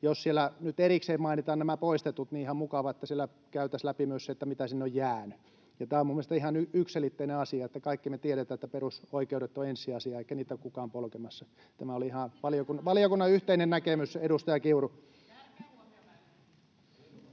jos siellä nyt erikseen mainitaan nämä poistetut, niin ihan mukavaa, että siellä käytäisiin läpi myös se, mitä sinne on jäänyt. Tämä on mielestäni ihan yksiselitteinen asia, että kaikki me tiedetään, että perusoikeudet ovat ensisijaisia, eikä niitä ole kukaan polkemassa. [Krista Kiuru: Mutta sitä sanaa